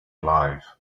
alive